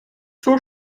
zur